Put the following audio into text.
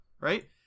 Right